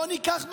בוא ניקח מצלמות.